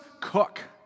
cook